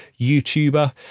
YouTuber